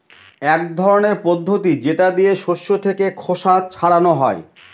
এক ধরনের পদ্ধতি যেটা দিয়ে শস্য থেকে খোসা ছাড়ানো হয়